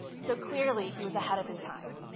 so clearly, he was ahead of his time.